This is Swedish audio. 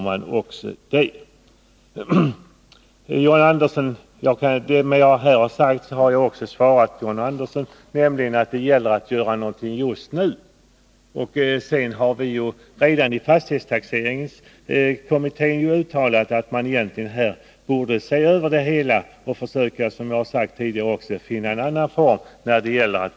Med vad jag här har sagt har jag också besvarat John Anderssons fråga. Det gäller alltså att göra någonting just nu. Redan i fastighetstaxeringskommittén har vi uttalat att frågan om att värdera förmånen av bostad bör ses över och att man bör försöka finna andra former för värderingen.